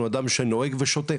אדם שנוהג ושותה,